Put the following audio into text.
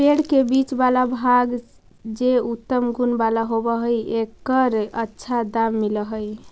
पेड़ के बीच वाला भाग जे उत्तम गुण वाला होवऽ हई, एकर अच्छा दाम मिलऽ हई